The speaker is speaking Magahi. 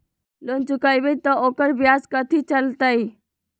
लोन चुकबई त ओकर ब्याज कथि चलतई?